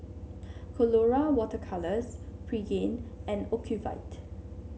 Colora Water Colours Pregain and Ocuvite